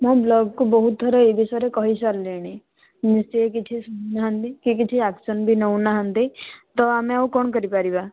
ମୁଁ ବ୍ଲକ କୁ ବହୁତ ଥର ଏଇ ବିଷୟ ରେ କହି ସାରିଲିଣି କେହି କିଛି ଶୁଣୁ ନାହାଁନ୍ତି ସେ କିଛି ଆକ୍ସନ ବି ନେଉନାହାନ୍ତି ତ ଆମେ ଆଉ କଣ କରିପାରିବା